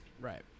Right